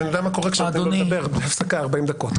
אני יודע מה קורה כשנותנים לו לדבר בלי הפסקה ארבעים דקות.